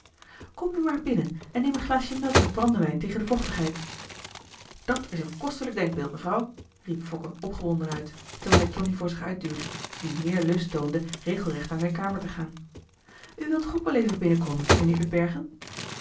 kom nu maar binnen en neem een glaasje melk met brandewijn tegen de vochtigheid dat is een kostelijk denkbeeld mevrouw riep fokke opgewonden uit terwijl hij tonie voor zich uit duwde dier meer lust toonde regelrecht naar zijn kamer te gaan u wil toch ook wel even binnenkomen mijnheer upbergen